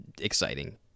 exciting